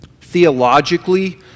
Theologically